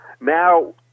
now